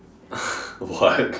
what